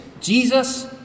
Jesus